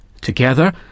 Together